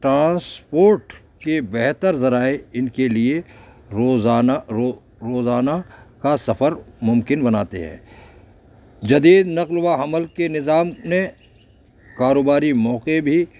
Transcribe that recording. transport کے بہتر ذرائع ان کے لیے روزانہ روزانہ کا سفر ممکن بناتے ہے جدید نقل و حمل کے نظام نے کاروباری موقعے بھی